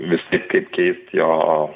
visaip kaip keist jo